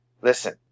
Listen